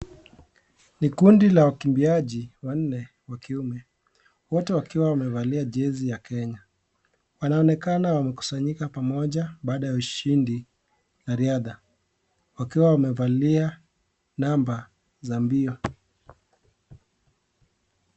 Ni kundi la wakimbiaji wanne, wakiume; wote wakiwa wamevalia jezi ya Kenya. Wanaonekana wamekusanyika pamoja baada ya ushindi wa riadha, wakiwa wamevalia namba za mbio.